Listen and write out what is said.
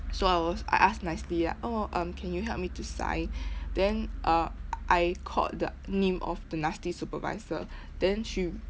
so I was I ask nicely ah oh um can you help me to sign then uh I called the name of the nasty supervisor then she